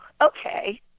okay